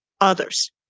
others